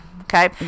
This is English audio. Okay